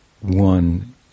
one